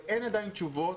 ועדיין אין תשובה.